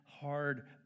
hard